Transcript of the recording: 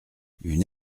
une